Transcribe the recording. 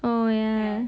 oh ya